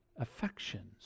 affections